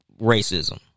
racism